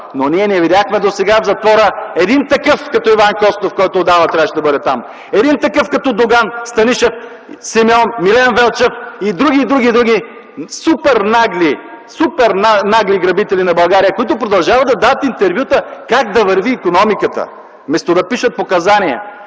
Ние не видяхме досега в затвора един такъв като Иван Костов, който отдавна трябваше да бъде там, един такъв като Доган, Станишев, Симеон, Милен Велчев и други, и други, и други супер нагли грабители на България, които продължават да дават интервюта как да върви икономиката, вместо да пишат показания.